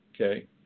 okay